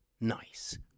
nice